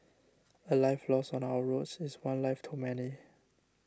a life lost on our roads is one life too many